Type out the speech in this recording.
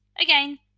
Again